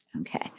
Okay